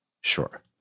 Sure